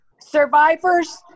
Survivors